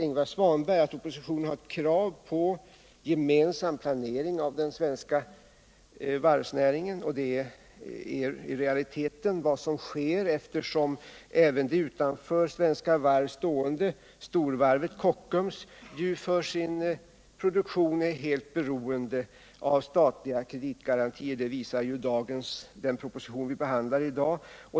Ingvar Svanberg sade att oppositionen ställer krav på gemensam planering av den svenska varvsnäringen. En sådan finns i realiteten redan nu, eftersom även det utanför Svenska Varv stående storvarvet Kockums för sin produktion är helt beroende av statliga kreditgarantier. Det visar den proposition vi behandlar i dag.